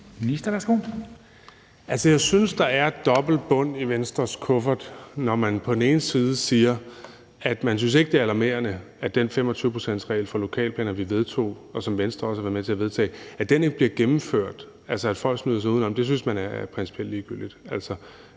Jeg synes, der er dobbeltbund i Venstres kuffert, når man på den ene side siger, at man ikke synes, det er alarmerende, at den 25-procentsregel for lokalplaner, vi vedtog, og som Venstre også har været med til at vedtage, ikke bliver gennemført, altså at folk smyger sig udenom, og det synes man principielt er ligegyldigt,